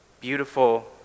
beautiful